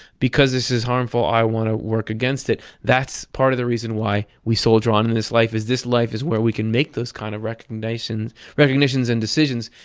because this is harmful i want to work against it. that's part of the reason why we soldier on in this life, is this life is where we can make those kind of recognitions recognitions and decisions.